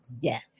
Yes